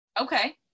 Okay